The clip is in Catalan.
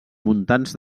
muntants